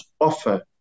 offer